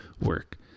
work